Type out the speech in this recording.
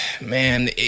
Man